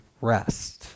rest